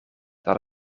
dat